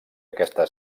aquesta